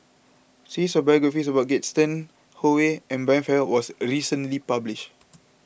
series of biographies about Gaston Howe and Brian Farrell was a recently published